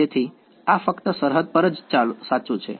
તેથી આ ફક્ત સરહદ પર જ સાચું છે